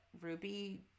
Ruby